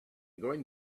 going